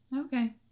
Okay